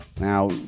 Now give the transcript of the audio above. Now